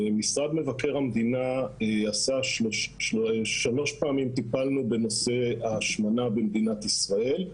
במשרד מבקר המדינה טיפלנו שלוש פעמים בנושא ההשמנה במדינת ישראל.